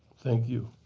thank you.